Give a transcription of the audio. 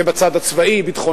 זה בצד הצבאי-ביטחוני,